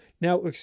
Now